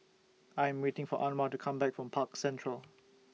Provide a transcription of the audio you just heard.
I Am waiting For Anwar to Come Back from Park Central